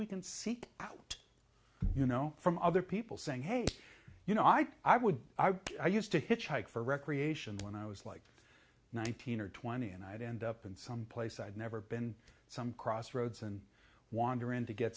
we can seek out you know from other people saying hey you know i think i would i used to hitchhike for recreation when i was like nineteen or twenty and i'd end up in some place i'd never been some cross roads and wander in to get